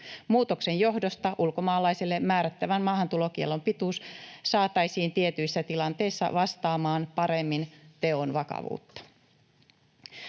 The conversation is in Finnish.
Muutoksen johdosta ulkomaalaiselle määrättävän maahantulokiellon pituus saataisiin tietyissä tilanteissa vastaamaan paremmin teon vakavuutta.